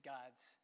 God's